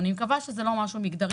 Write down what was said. אני מקווה שזה לא משהו מגדרי.